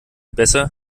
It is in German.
besser